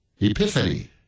Epiphany